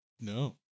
No